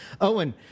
Owen